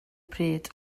pryd